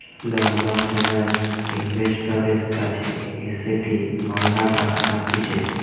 লম্বা ফিন্যান্স ইনভেস্টরের কাছে এসেটের ম্যালা টাকা থাকতিছে